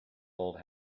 old